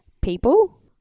people